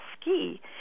ski